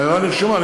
ההערה נרשמה.